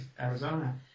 Arizona